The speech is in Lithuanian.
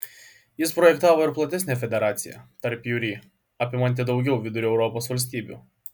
jis projektavo ir platesnę federaciją tarpjūrį apimantį daugiau vidurio europos valstybių